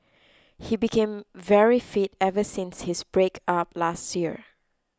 he became very fit ever since his breakup last year